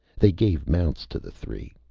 they gave mounts to the three.